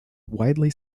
widely